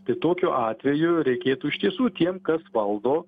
tai tokiu atveju reikėtų iš tiesų tiem kas valdo